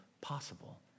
possible